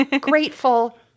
grateful